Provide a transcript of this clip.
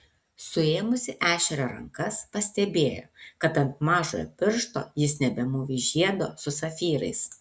suėmusi ešerio rankas pastebėjo kad ant mažojo piršto jis nebemūvi žiedo su safyrais